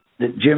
Jim